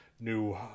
new